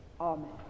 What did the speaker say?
Amen